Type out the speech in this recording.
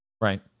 Right